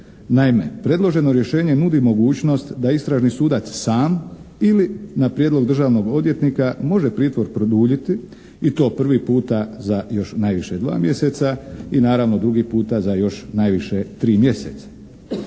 Naime predloženo rješenje nudi mogućnost da istražni sudac sam ili na prijedlog državnog odvjetnika može pritvor produljiti i to prvi puta za još najviše 2 mjeseca i naravno drugi puta za još najviše 3 mjeseca.